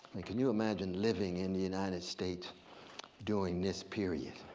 and can you imagine living in the united states during this period?